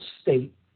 state